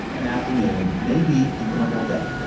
an afternoon, maybe even a whole day.